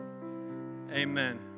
amen